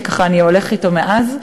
שאני הולכת אתו מאז.